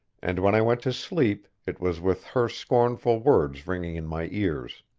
and when i went to sleep it was with her scornful words ringing in my ears.